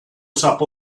sap